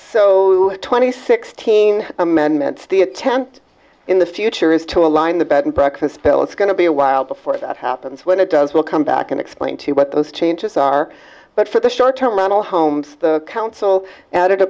so twenty sixteen amendments the attempt in the future is to align the bed and breakfast bill it's going to be a while before that happens when it does we'll come back and explain to you what those changes are but for the short term not all homes the council added a